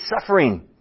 suffering